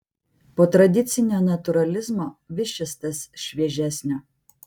po tradicinio natūralizmo vis šis tas šviežesnio